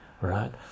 right